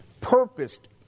purposed